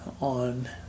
on